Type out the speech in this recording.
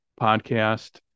podcast